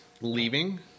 leaving